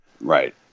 Right